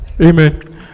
Amen